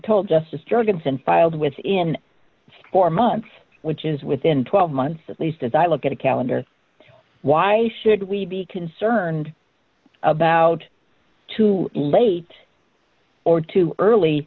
told justice jurgensen filed within four months which is within twelve months at least as i look at a calendar why should we be concerned about too late or too early